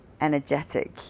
energetic